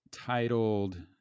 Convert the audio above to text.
titled